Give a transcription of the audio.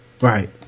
right